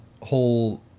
whole